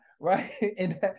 right